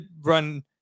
run